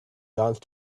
dance